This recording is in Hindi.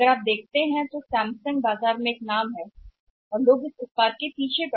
यदि आप देखते हैं कि सैमसंग बाजार में एक नाम है और लोग उत्पाद के बाद हैं